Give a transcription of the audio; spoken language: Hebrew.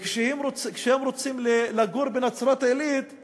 כשהם רוצים לגור בנצרת-עילית הם